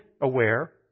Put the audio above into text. aware